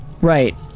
Right